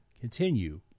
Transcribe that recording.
continue